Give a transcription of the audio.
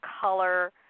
color